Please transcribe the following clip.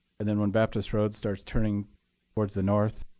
and then when baptist road starts turning towards the north,